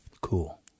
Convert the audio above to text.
Cool